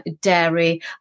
dairy